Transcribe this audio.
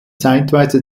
zeitweise